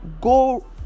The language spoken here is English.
go